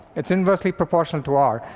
it's inversely proportional to r.